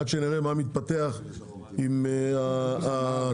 עד שנראה מה מתפתח עם השינוע,